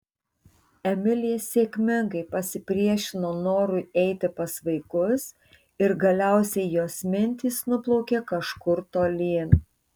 emilija sėkmingai pasipriešino norui eiti pas vaikus ir galiausiai jos mintys nuplaukė kažkur tolyn